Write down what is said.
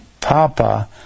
papa